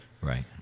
Right